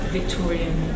Victorian